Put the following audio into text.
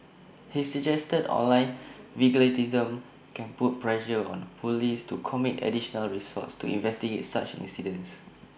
he suggested online vigilantism can put pressure on Police to commit additional resources to investigate such incidents